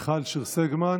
נגד מיכל שיר סגמן,